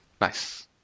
Nice